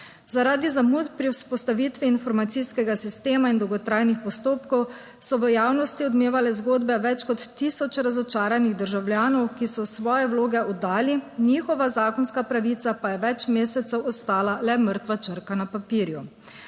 Zaradi zamud pri vzpostavitvi informacijskega sistema in dolgotrajnih postopkov so v javnosti odmevale zgodbe več kot tisoč razočaranih državljanov, ki so svoje vloge oddali, njihova zakonska pravica pa je več mesecev ostala le mrtva črka na papirju.